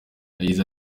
yagize